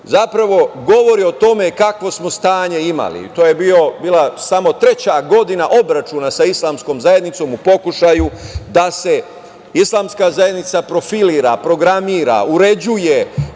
zapravo, govori o tome kakvo smo stanje imali. To je bila samo treća godina obračuna sa islamskom zajednicom u pokušaju da se islamska zajednica profilira, programira, uređuje